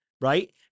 Right